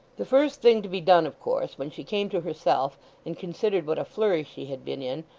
the first thing to be done, of course, when she came to herself and considered what a flurry she had been in,